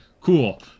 cool